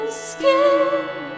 skin